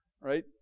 right